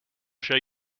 show